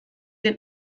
den